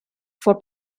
for